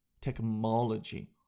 technology